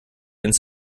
ins